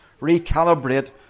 recalibrate